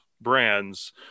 brands